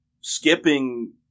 skipping